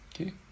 Okay